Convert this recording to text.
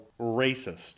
racist